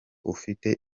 ufite